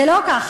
זה לא ככה,